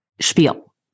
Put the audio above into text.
spiel